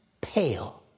Pale